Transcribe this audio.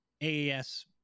AAS